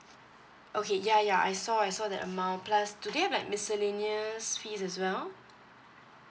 okay ya ya I saw I saw the amount plus do they have like miscellaneous fees as well